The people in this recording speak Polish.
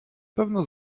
pewno